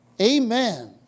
Amen